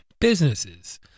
businesses